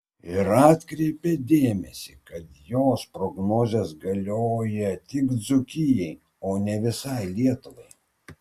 ir atkreipė dėmesį kad jos prognozės galioja tik dzūkijai o ne visai lietuvai